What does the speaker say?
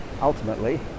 ultimately